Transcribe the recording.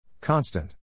Constant